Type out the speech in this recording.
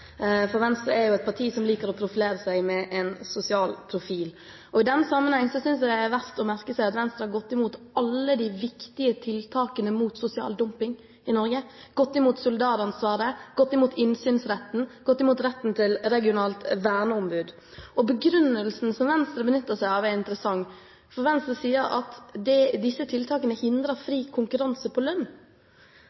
Kolberg. Venstre er et parti som liker å profilere seg med en sosial profil. I den sammenheng synes jeg det er verdt å merke seg at Venstre har gått imot alle de viktige tiltakene mot sosial dumping i Norge: gått imot solidaransvaret, gått imot innsynsretten og gått imot retten til regionalt verneombud. Begrunnelsen Venstre benytter seg av, er interessant: Venstre sier at disse tiltakene hindrer